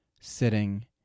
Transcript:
sitting